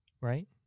right